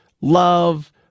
love